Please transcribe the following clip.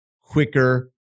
quicker